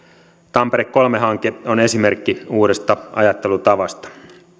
tampere kolme hanke on esimerkki uudesta ajattelutavasta